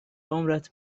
عمرت